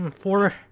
four